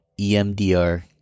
EMDR